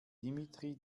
dimitri